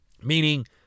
Meaning